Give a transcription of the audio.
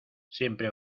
siempre